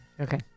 Okay